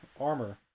armor